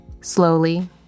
slowly